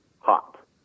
hot